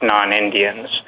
non-Indians